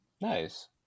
Nice